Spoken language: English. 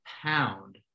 pound